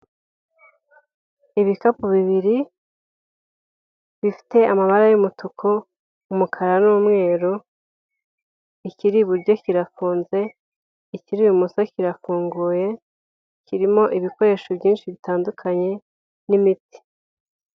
Ibikapu bibiri bifite amabara y'umutuku ,umukara n'umweru, ikiri iburyo kirafunze ikiri ibumoso kirafunguye kirimo ibikoresho byinshi bitandukanye n'imiti.